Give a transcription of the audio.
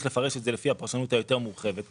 לפרש את זה לפי הפרשנות המורחבת יותר,